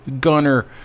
gunner